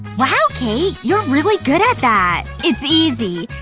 wow, kate! you're really good at that! it's easy!